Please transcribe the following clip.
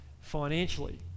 financially